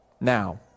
Now